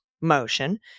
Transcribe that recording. motion